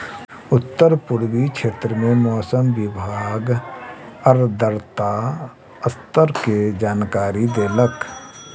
उत्तर पूर्वी क्षेत्र में मौसम विभाग आर्द्रता स्तर के जानकारी देलक